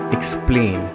Explain